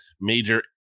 major